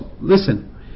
listen